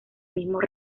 mismos